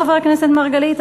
חבר הכנסת מרגלית?